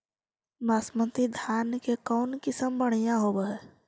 बासमती धान के कौन किसम बँढ़िया होब है?